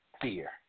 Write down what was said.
fear